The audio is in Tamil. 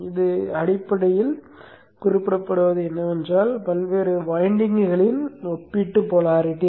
இது அடிப்படையில் குறிப்பிடுவது என்னவென்றால் பல்வேறு வைண்டிங் களின் ஒப்பீட்டு போலாரிட்டி